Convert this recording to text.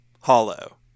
hollow